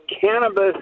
cannabis